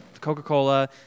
Coca-Cola